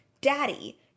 daddy